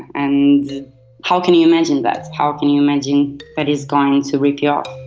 and how can you imagine that, how can you imagine that he's going to rip you off?